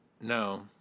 no